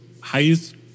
highest